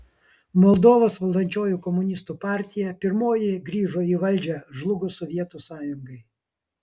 moldovos valdančioji komunistų partija pirmoji grįžo į valdžią žlugus sovietų sąjungai